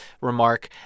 remark